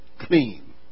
clean